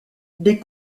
des